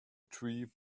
tree